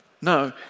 No